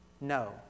No